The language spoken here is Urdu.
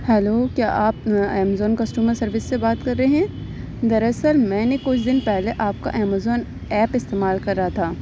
ہیلو کیا آپ امیزون کسٹمر سروس سے بات کر رہے ہیں دراصل میں نے کچھ دِن پہلے آپ کا امیزون ایپ استعمال کرا تھا